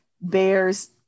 bears